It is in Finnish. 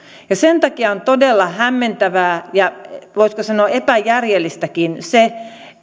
sen takia on todella hämmentävää ja voisiko sanoa epäjärjellistäkin se